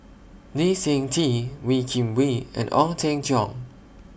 Lee Seng Tee Wee Kim Wee and Ong Teng Cheong